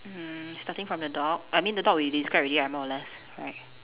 mm starting from the dog I mean the dog we describe already ah more or less right